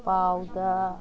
ꯄꯥꯎꯗ